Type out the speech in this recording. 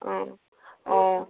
অঁ অঁ